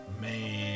man